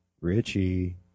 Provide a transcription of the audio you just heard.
Richie